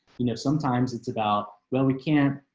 you know, sometimes it's about, well, we can't,